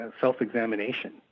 self-examination